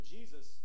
Jesus